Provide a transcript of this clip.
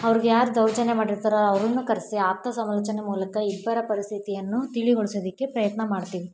ಅವ್ರ್ಗೆ ಯಾರು ದೌರ್ಜನ್ಯ ಮಾಡಿರ್ತಾರೋ ಅವ್ರನ್ನೂ ಕರೆಸಿ ಆಪ್ತ ಸಮಾಲೋಚನೆ ಮೂಲಕ ಇಬ್ಬರ ಪರಿಸ್ಥಿತಿಯನ್ನು ತಿಳಿಗೊಳ್ಸೊದಕ್ಕೆ ಪ್ರಯತ್ನ ಮಾಡ್ತೀನಿ